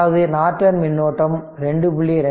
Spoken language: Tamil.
அதாவது நார்டன் மின்னோட்டம் 2